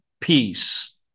peace